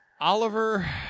Oliver